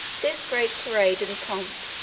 this great parade and pomp,